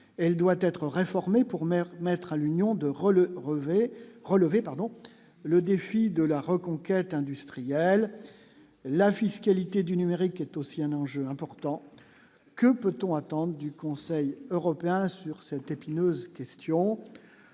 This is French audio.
elle doit être réformé pour mettra l'union de rôle revêt relevé, pardon, le défi de la reconquête industrielle, la fiscalité du numérique est aussi un enjeu important, que peut-on attendent du Conseil européen sur cette épineuse question